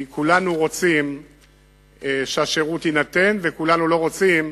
כי כולנו רוצים שהשירות יינתן, וכולנו לא רוצים